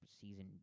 season